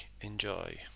Enjoy